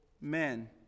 men